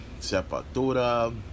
Sepatura